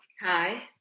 Hi